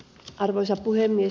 arvoisa puhemies